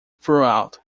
throughout